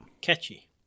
catchy